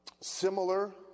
Similar